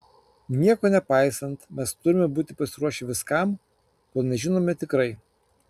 nieko nepaisant mes turime būti pasiruošę viskam kol nežinome tikrai